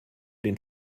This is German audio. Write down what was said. den